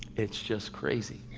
it's just crazy.